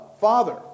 Father